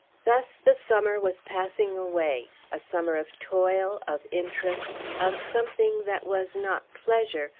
thus the summer was passing away a summer of toil, of interest, of something that was not pleasure,